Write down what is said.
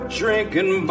drinking